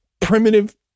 primitive